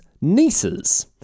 nieces